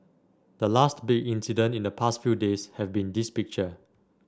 the last big incident in the past few days have been this picture